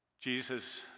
Jesus